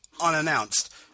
unannounced